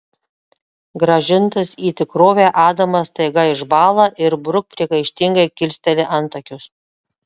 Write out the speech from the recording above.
grąžintas į tikrovę adamas staiga išbąla ir bruk priekaištingai kilsteli antakius